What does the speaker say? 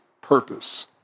purpose